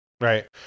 Right